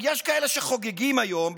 יש כאלה שחוגגים היום,